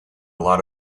lot